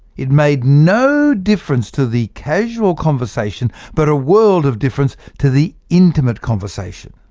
it made no difference to the casual conversation, but a world of difference to the intimate conversation.